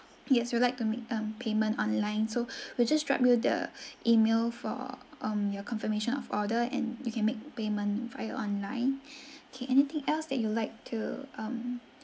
yes you'd like to make um payment online so we'll just drop you the email for um your confirmation of order and you can make payment via online okay anything else that you'd like to um